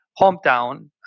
hometown